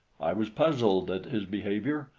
i was puzzled at his behavior,